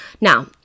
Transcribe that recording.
Now